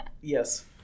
yes